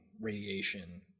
radiation